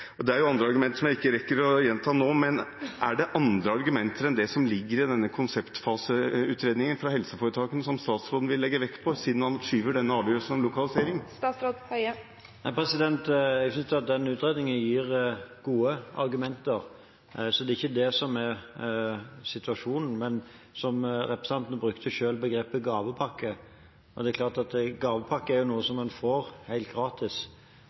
Det er også andre argumenter, som jeg ikke rekker å gjenta nå, men er det andre argumenter enn dem som ligger i denne konseptfaseutredningen fra helseforetakene, som statsråden vil legge vekt på, siden han skyver på avgjørelsen om lokalisering? Jeg synes utredningen gir gode argumenter, så det er ikke det som er situasjonen. Representanten brukte selv begrepet «gavepakke». En gavepakke er noe som en får helt gratis, og